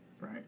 Right